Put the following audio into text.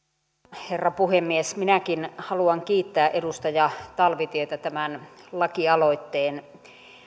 herra puhemies minäkin haluan kiittää edustaja talvitietä tämän lakialoitteen